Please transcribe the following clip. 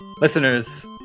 Listeners